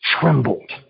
trembled